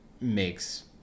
makes